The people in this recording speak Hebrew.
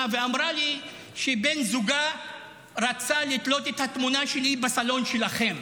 ואמרה לי שבן זוגה רצה לתלות את התמונה שלי בסלון שלכם,